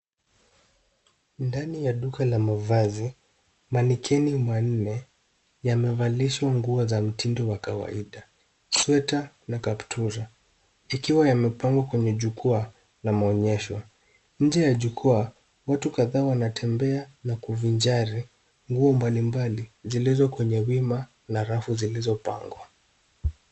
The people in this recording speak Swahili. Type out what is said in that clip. Ndani ya duka la mavazi manikeni manne yamevalishwa nguo za mtindo wa kawaida, sweta na kaptura. Ikiwa yamepangwa kwenye jukwaa la maonyesho. Nje ya jukwaa, watu kadhaa wanatembea na kuvinjari nguo mbalimbali zilizo kwenye wima na rafu zilizopangwa.